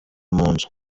munzu